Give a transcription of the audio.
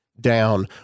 down